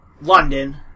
London